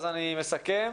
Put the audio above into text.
אסכם.